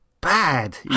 Bad